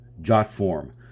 JotForm